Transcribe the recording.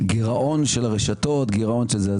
גירעון של הרשתות, גירעון של זה.